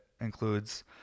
includes